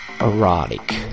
Erotic